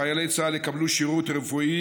שבו חיילי צה"ל יקבלו שירות רפואי